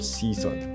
season